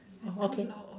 orh okay